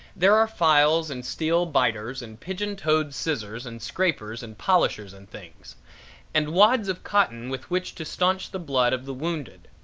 there are files and steel biters and pigeon-toed scissors and scrapers and polishers and things and wads of cotton with which to staunch the blood of the wounded,